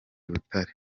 butare